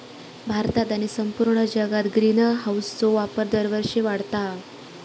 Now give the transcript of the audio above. भारतात आणि संपूर्ण जगात ग्रीनहाऊसचो वापर दरवर्षी वाढता हा